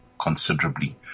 considerably